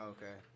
Okay